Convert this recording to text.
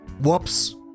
Whoops